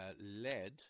lead